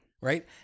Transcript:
Right